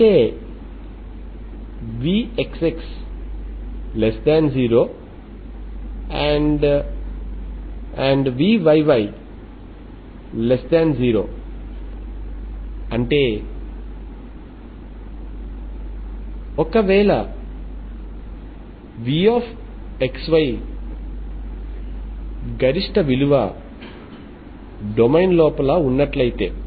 అంటే vxx0 vyy0 అంటే ఒకవేళ vxy గరిష్ట విలువ డొమైన్ లోపల ఉంటే